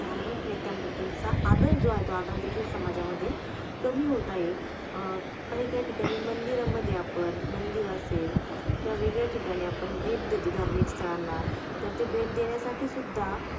धार्मिक नेत्यांबद्दलचा आदर जो आहे तो आदर देखील समाजामध्ये कमी होत आहे काही काही ठिकाणी मंदिरामध्ये आपण मंदिर असेल किंवा वेगळ्या ठिकाणी आपण भेट देतो धार्मिक स्थळांना तर ते भेट देण्यासाठी सुद्धा